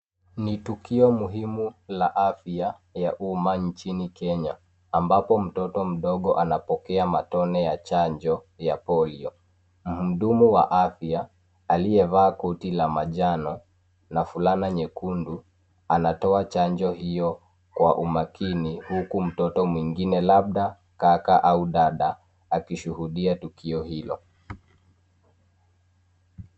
Ni tukio muhimu la afya ya umma nchini Kenya, ambako mtoto mdogo anapokea matone ya chanjo ya polio. Mhudumu wa afya aliyevaa koti la manjano na fulana nyekundu anatoa chanjo hiyo kwa umakini, huku mtoto mwingine, labda kaka au dada, akishuhudia tukio hilo.